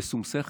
בשום שכל,